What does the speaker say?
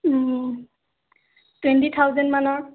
twenty থাউজেণ্ডমানৰ